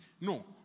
no